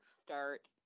start